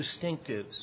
distinctives